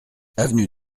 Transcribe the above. avenue